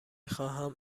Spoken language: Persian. خواهم